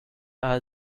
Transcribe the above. are